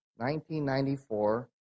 1994